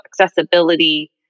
accessibility